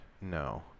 No